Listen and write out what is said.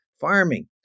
farming